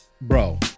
bro